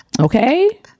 okay